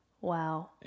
wow